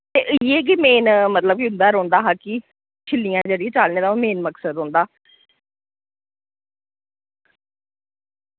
ते इयै कि मेन मतलब कि उं'दा रोह्नदा हा कि छिल्लियां जेह्ड़ी चाढ़ने दा ओह् मेन मकसद रौह्ंदा